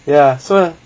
ya so like